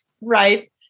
right